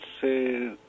say